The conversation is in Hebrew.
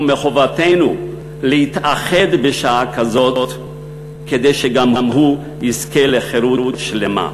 ומחובתנו להתאחד בשעה כזאת כדי שגם הוא יזכה לחירות שלמה.